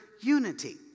unity